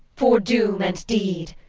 for doom and deed!